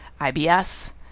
IBS